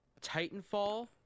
Titanfall